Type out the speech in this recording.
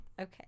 Okay